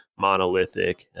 monolithic